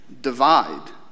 divide